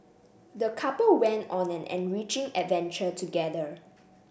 the couple went on an enriching adventure together